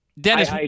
Dennis